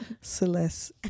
Celeste